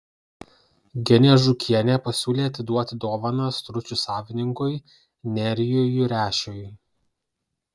genė žūkienė pasiūlė atiduoti dovaną stručių savininkui nerijui jurešiui